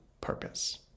purpose